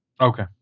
Okay